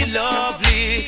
lovely